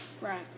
Right